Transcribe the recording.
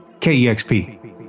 KEXP